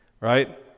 Right